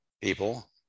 people